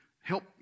help